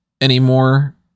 anymore